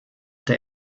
der